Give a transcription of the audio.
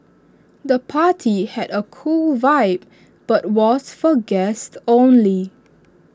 the party had A cool vibe but was for guests only